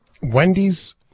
Wendy's